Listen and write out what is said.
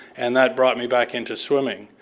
and that brought me back into swimming.